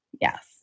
Yes